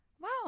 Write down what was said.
wow